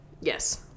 Yes